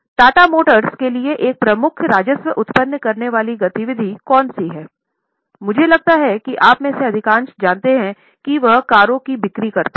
टाटा मोटर्स के लिए एक प्रमुख राजस्व उत्पन्न करने वाली गति विधि कौन सी है मुझे लगता है कि आप में से अधिकांश जानते हैं वे कारों की बिक्री करते हैं